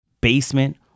basement